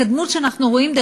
התקדמות שאנחנו רואים,